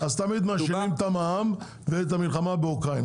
תמיד מאשימים את המע"מ ואת המלחמה באוקראינה.